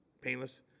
painless